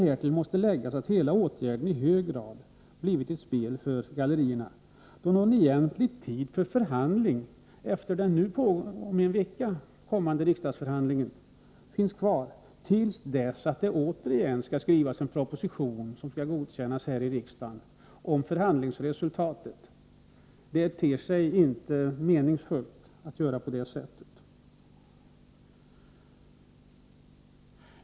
Härtill måste läggas att hela åtgärden i hög grad blivit ett spel för galleriet, då någon egentlig tid för förhandling efter den om en vecka kommande riksdagsbehandlingen inte finns kvar förrän det återigen skall skrivas en proposition om förhandlingsresultatet, som skall godkännas av riksdagen. Det ter sig inte meningsfullt att göra på det sättet.